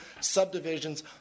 subdivisions